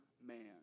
man